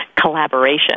collaboration